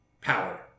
power